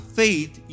faith